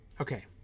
Okay